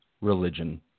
religion